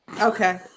Okay